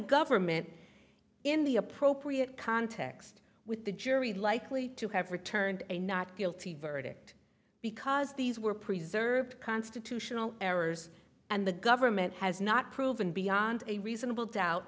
government in the appropriate context with the jury likely to have returned a not guilty verdict because these were preserved constitutional errors and the government has not proven beyond a reasonable doubt